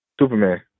Superman